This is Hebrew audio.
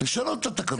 לשנות את התקנות.